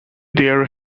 there